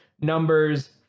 numbers